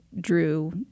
drew